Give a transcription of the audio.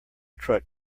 truck